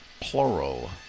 plural